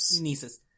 nieces